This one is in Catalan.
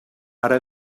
ara